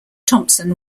thompson